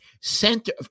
center